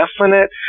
definite